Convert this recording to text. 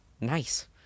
nice